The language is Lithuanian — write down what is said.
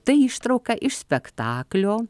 tai ištrauka iš spektaklio